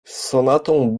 sonatą